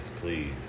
please